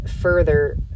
further